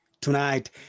tonight